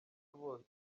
bose